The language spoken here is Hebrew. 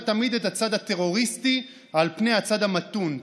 תמיד את הצד הטרוריסטי על פני הצד המתון,